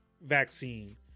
vaccine